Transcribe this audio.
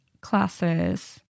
classes